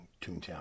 Toontown